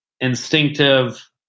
instinctive